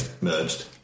merged